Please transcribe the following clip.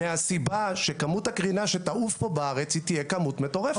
מהסיבה שכמות הקרינה שתעוף פה בארץ תהיה כמות מטורפת.